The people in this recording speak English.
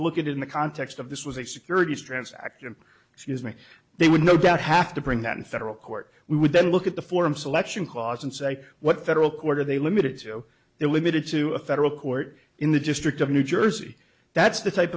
they look at it in the context of this was a securities transaction excuse me they would no doubt have to bring that in federal court we would then look at the form selection cause and say what federal court are they limited to they're limited to a federal court in the district of new jersey that's the type